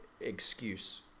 excuse